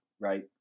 right